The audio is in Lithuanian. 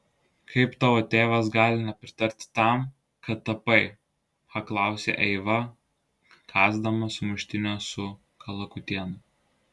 kaip tavo tėvas gali nepritarti tam kad tapai paklausė eiva kąsdama sumuštinio su kalakutiena